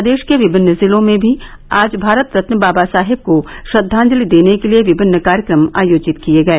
प्रदेश के विभिन्न जिलों में भी आज भारत रत्न बाबा साहेब को श्रद्वांजलि देने के लिये विभिन्न कार्यक्रम आयोजित किये गये